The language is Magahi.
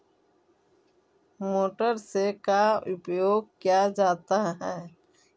मोटर से का उपयोग क्या जाता है?